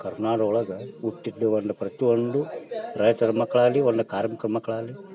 ಕನ್ನಾಡ ಒಳಗೆ ಹುಟ್ಟಿದ್ದೆ ಒಂದು ಪ್ರತಿಯೊಂದು ರೈತರ ಮಕ್ಕಳಾಗ್ಲಿ ಒಂದು ಕಾರ್ಮಿಕ್ರ ಮಕ್ಕಳಾಗ್ಲಿ